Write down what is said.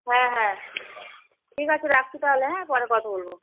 হ্যাঁ হ্যাঁ ঠিক আছে রাখছি তাহলে হ্যাঁ পরে কথা বলবো